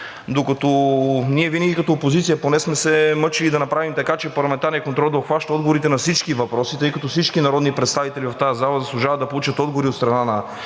докато ние винаги като опозиция поне сме се мъчили да направим така, че парламентарният контрол да обхваща отговорите на всички въпроси, тъй като всички народни представители в тази зала заслужават да получат отговори от страна на